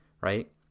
right